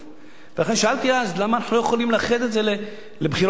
לכן שאלתי אז למה לא יכולים לאחד את זה למועד בחירות אחד,